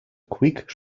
quick